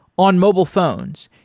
on mobile phones,